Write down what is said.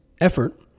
effort